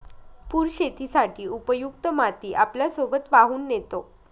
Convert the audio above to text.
पूर शेतीसाठी उपयुक्त माती आपल्यासोबत वाहून नेतो